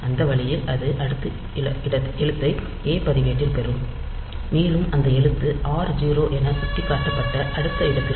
அந்த வழியில் அது அடுத்த எழுத்தை ஏ பதிவேட்டில் பெறும் மேலும் அந்த எழுத்து r0 என சுட்டிக்காட்டப்பட்ட அடுத்த இடத்திற்கு நகரும்